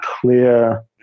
clear